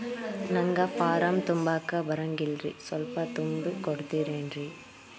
ನಂಗ ಫಾರಂ ತುಂಬಾಕ ಬರಂಗಿಲ್ರಿ ಸ್ವಲ್ಪ ತುಂಬಿ ಕೊಡ್ತಿರೇನ್ರಿ?